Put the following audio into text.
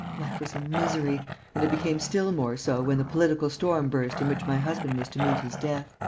life was a misery and it became still more so when the political storm burst in which my husband was to meet his death.